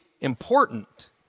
important